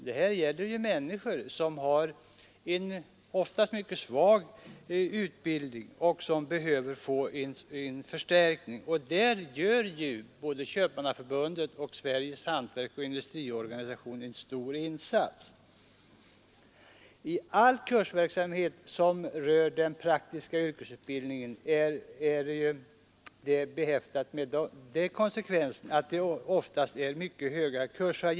Den gäller människor som oftast har en mycket svag utbildning och som därför behöver få en förstärkning. Här gör både Köpmannaförbundet och Sveriges hantverksoch industriorganisation en stor insats. Kursavgifterna för praktisk utbildning är oftast mycket höga.